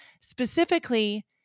Specifically